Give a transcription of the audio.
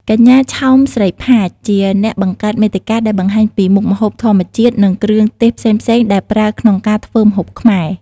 កញ្ញាឆោម ស្រីផាច ជាអ្នកបង្កើតមាតិកាដែលបង្ហាញពីមុខម្ហូបធម្មជាតិនិងគ្រឿងទេសផ្សេងៗដែលប្រើក្នុងការធ្វើម្ហូបខ្មែរ។